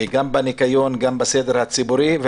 גם בניקיון וגם בסדר הציבורי.